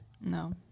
No